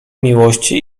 miłości